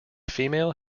female